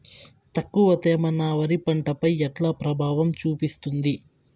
తక్కువ తేమ నా వరి పంట పై ఎట్లా ప్రభావం చూపిస్తుంది?